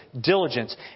diligence